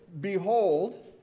behold